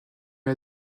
est